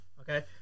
Okay